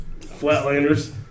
Flatlanders